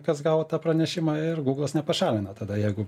kas gavo tą pranešimą ir gūglas nepašalina tada jeigu